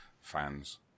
fans